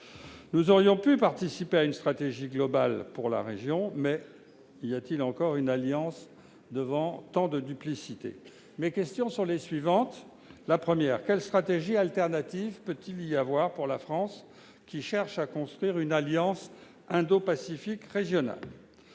nous aurions pu participer à une stratégie globale pour la région, mais y a-t-il encore une alliance devant tant de duplicité ? Madame la ministre, mes questions sont les suivantes. Quelle stratégie alternative peut-il y avoir pour la France, qui cherche à construire une alliance régionale